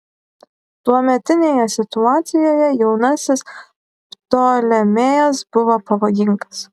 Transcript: tuometinėje situacijoje jaunasis ptolemėjas buvo pavojingas